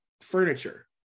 furniture